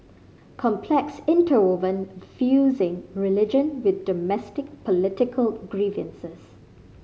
complex interwoven fusing religion with domestic political grievances